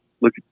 look